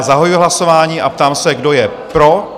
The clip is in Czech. Zahajuji hlasování a ptám se, kdo je pro?